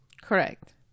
Correct